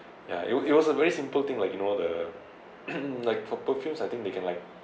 yeah it was it was a very simple thing like you know the like for perfumes I think they can like